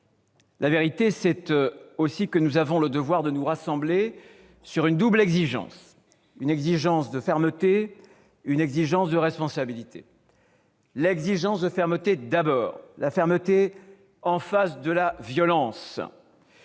La vérité, c'est aussi que nous avons le devoir de nous rassembler sur une double exigence : une exigence de fermeté et une exigence de responsabilité. L'exigence de fermeté, d'abord, face à la violence.